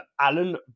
Alan